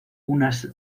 unas